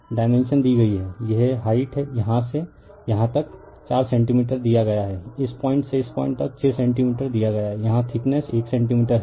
dimension दी गई हैं यह हाइट यहां से यहां तक 4 सेंटीमीटर दिया गया है इस पॉइंट से इस पॉइंट तक 6 सेंटीमीटर दिया गया है और यहां थिकनेस 1 सेंटीमीटर है